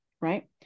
right